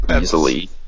easily